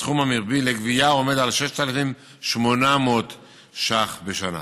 הסכום המרבי לגבייה עומד על 6,800 שקל בשנה.